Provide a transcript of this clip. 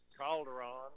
Calderon